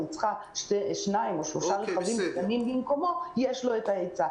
צריכה שניים או שלושה רכבים קטנים במקומו - יש את ההיצע.